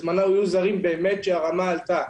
בזמנו היו זרים באמת והרמה עלתה.